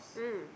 mm